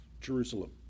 Jerusalem